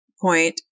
point